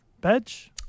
Badge